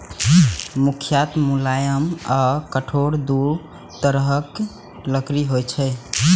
मुख्यतः मुलायम आ कठोर दू तरहक लकड़ी होइ छै